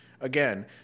again